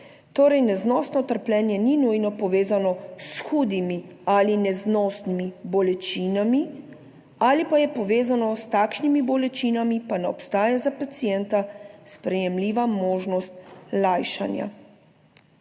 Torej neznosno trpljenje, ni nujno povezano s hudimi ali neznosnimi bolečinami ali pa je povezano s takšnimi bolečinami pa ne obstaja za pacienta sprejemljiva možnost lajšanja.